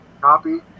copy